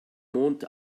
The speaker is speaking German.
mond